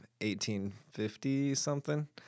1850-something